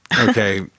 Okay